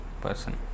person